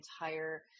entire